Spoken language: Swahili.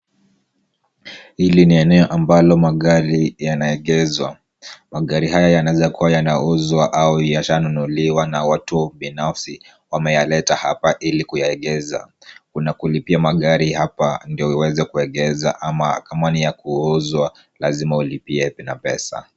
Hili ni eneo ambalo magari yanaegeshwa. Magari haya yanaweza kuwa yanauzwa au yashanunuliwa na watu binafsi. Wameyaleta hapa ili kuyaegesha. Kuna kulipia magari hapa ndio uweze kuegesha ama kama ni ya kuuzwa lazima ulipie na pesa.